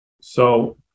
So-